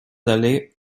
d’aller